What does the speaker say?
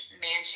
mansion